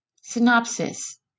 Synopsis